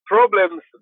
Problems